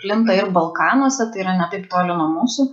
plinta ir balkanuose tai yra ne taip toli nuo mūsų